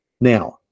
Now